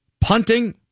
Punting